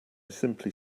simply